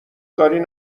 دارین